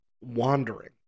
wandering